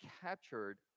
captured